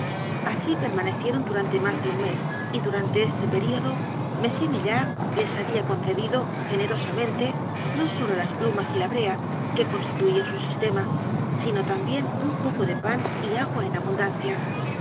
así permanecieron durante más de un mes y durante este período m maillard les había concedido generosamente no sólo las plumas y la brea que constituían su sistema sino también u n poco de pan y a g u a en abundancia